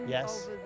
Yes